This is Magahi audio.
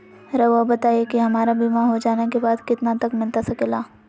रहुआ बताइए कि हमारा बीमा हो जाने के बाद कितना तक मिलता सके ला?